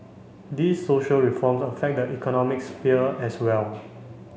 these social reform affect the economic sphere as well